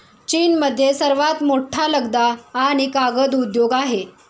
चीनमध्ये सर्वात मोठा लगदा आणि कागद उद्योग आहे